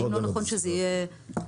האם לא נכון שזה יהיה בשילוב?